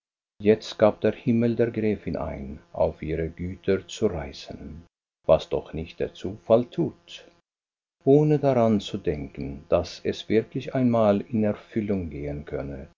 jetzt gab der himmel der gräfin ein auf ihre güter zu reisen was doch nicht der zufall tut ohne daran zu denken daß es wirklich einmal in erfüllung gehen könne